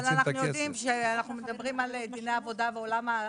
אנחנו מדברים על דיני עבודה ועולם העבודה,